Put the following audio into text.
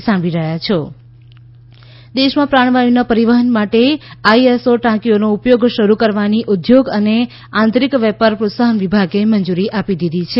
પ્રવાહી પ્રાણવાયું દેશમાં પ્રાણવાયુના પરિવહન માટે આઈએસઓ ટાંકીઓનો ઉપયોગ શરૂ કરવાની ઉદ્યોગ અને આંતરિક વેપાર પ્રોત્સાહન વિભાગે મંજૂરી આપી છે